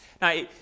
Now